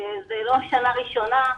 זה לא שנה ראשונה,